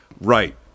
right